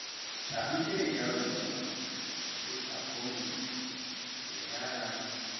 sa amfirai daroggaal maa sai taa fhoondi sai siryooɗa sai machchaa.